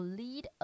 lead